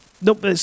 Nope